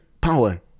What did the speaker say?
power